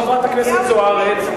חברת הכנסת זוארץ,